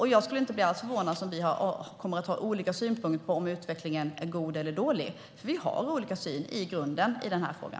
Jag skulle inte bli ett dugg förvånad om vi kommer att ha olika synpunkter på om utvecklingen är god eller dålig, för vi har i grunden olika syn i frågan.